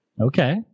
Okay